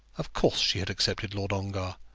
of course she had accepted lord ongar,